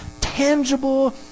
tangible